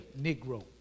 Negro